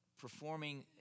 performing